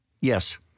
Yes